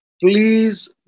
please